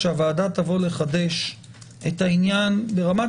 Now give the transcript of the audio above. כשהוועדה תבוא לחדש את העניין ברמת